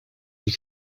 you